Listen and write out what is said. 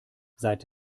seit